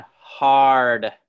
hard